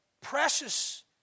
precious